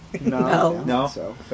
No